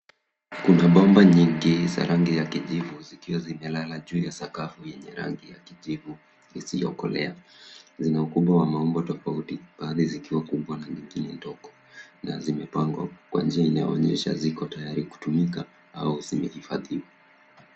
Kuna bomba nyingi za rangi ya kijivu zikiwa zimelala juu ya sakafu yenye rangi ya kijivu isiyokolea zina ukubwa wa maumbo tofauti baadhi zikiwa kubwa na nyingine ndogo na zimeangwa kwa njia inayoonyesha ziko tayari kutumika au zimehifadhiwa.